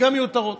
וגם מיותרות.